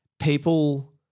people